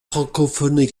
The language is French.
francophones